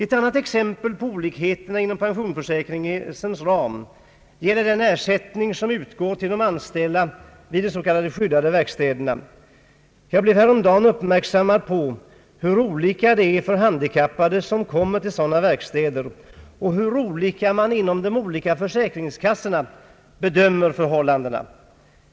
Ett annat exempel på olikheterna inom pensionsförsäkringens ram gäller den ersättning som utgår till de anställda vid de så kallade skyddade verkstäderna. Jag blev härom dagen uppmärksammad på hur olika förhållandena är för handikappade som kommer till sådana verkstäder, och hur olika de skilda försäkringskassorna bedömer förhållandena.